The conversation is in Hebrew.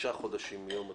עשרה חודשים מיום התחילה.